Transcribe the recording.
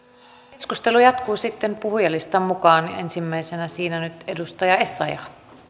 keskustelu jatkuu sitten puhujalistan mukaan ensimmäisenä siinä nyt edustaja essayah